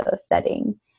setting